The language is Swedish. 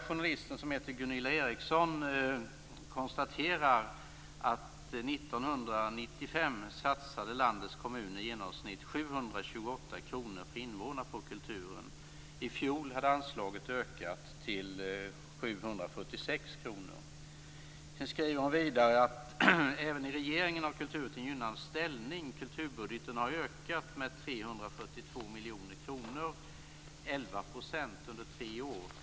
Journalisten konstaterar att landets kommuner I fjol hade anslaget ökat till 746 kr. Hon skriver vidare att även i regeringen har kulturen haft en gynnad ställning; kulturbudgeten har ökat med 342 miljoner kronor, 11 %, under tre år.